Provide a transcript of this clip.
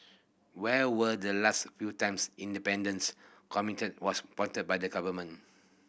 when were the last few time independence committee was appointed by the government